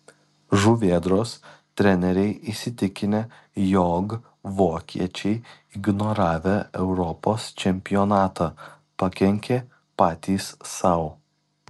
žuvėdros treneriai įsitikinę jog vokiečiai ignoravę europos čempionatą pakenkė patys sau